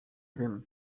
wiem